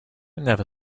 never